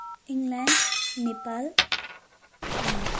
England Nepal